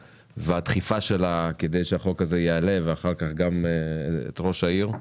והדחיפה שלה כדי שהחוק הזה יעלה ואחר כך גם ראש העיר,